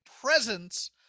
presence